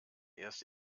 erst